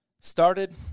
Started